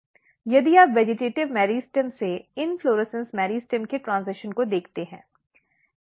यदि आप vegetative meristem से इन्फ्लोरेसन्स मेरिस्टेम के ट्रेन्ज़िशन को देखते हैं